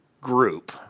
group